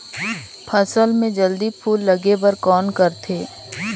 फसल मे जल्दी फूल लगे बर कौन करथे?